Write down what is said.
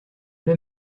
pas